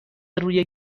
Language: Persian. روی